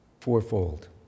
fourfold